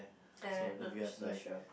uh I'm not so sure